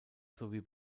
sowie